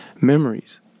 memories